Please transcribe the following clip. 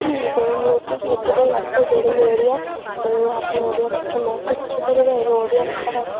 ତେଣୁ ମୁଁ ଏତିକି ଏଥିପାଇଁ ଗର୍ବିତ ଯେହେତୁ ମୁଁ ଓଡ଼ିଆ ତେଣୁ ଆପଣ ଓଡ଼ିଆ ଭାଷାର ମହତ୍ୱ ବୁଝିପାରିବ ଏବଂ ଓଡ଼ିଆ ଭାଷାର